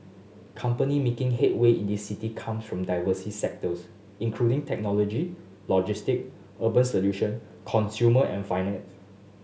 company making headway in this city come from diverse sectors including technology logistic urban solution consumer and finance